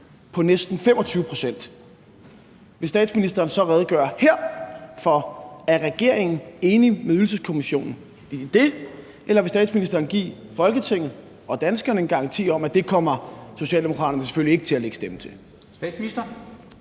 på næsten 25 pct. Vil statsministeren så her redegøre for, om regeringen er enig med Ydelseskommissionen i det, eller vil statsministeren give Folketinget og danskerne en garanti for, at det kommer Socialdemokraterne selvfølgelig ikke til at lægge stemme til?